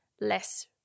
less